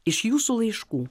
iš jūsų laiškų